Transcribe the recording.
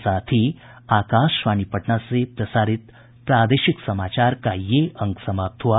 इसके साथ ही आकाशवाणी पटना से प्रसारित प्रादेशिक समाचार का ये अंक समाप्त हुआ